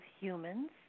humans